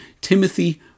Timothy